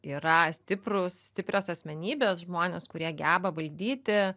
yra stiprūs stiprios asmenybės žmonės kurie geba valdyti